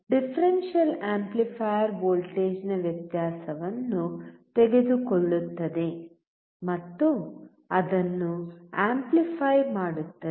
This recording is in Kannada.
ಆದ್ದರಿಂದ ಡಿಫರೆನ್ಷಿಯಲ್ ಆಂಪ್ಲಿಫಯರ್ ವೋಲ್ಟೇಜ್ನ ವ್ಯತ್ಯಾಸವನ್ನು ತೆಗೆದುಕೊಳ್ಳುತ್ತದೆ ಮತ್ತು ಅದನ್ನು ಅಂಪ್ಲಿಫ್ಯ್ ಮಾಡುತ್ತದೆ